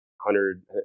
hundred